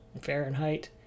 Fahrenheit